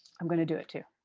i'm going to do it too.